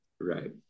right